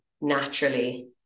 naturally